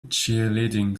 cheerleading